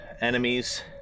enemies